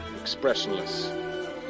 expressionless